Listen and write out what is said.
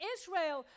Israel